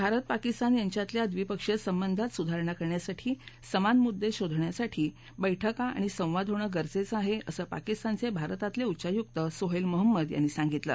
भारत पाकिस्तान यांच्यातल्या द्विपक्षीय संबंधात सुधारणा करण्यासाठी समान मुद्दे शोधण्यासाठी बैठका आणि संवाद होणं गरजेचं आहे असं पाकिस्तानचे भारतातले उच्चायुक्त सोहेल मोहम्मद यांनी सांगितलं